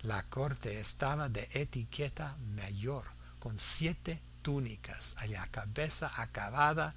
la corte estaba de etiqueta mayor con siete túnicas y la cabeza acabada